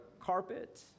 carpet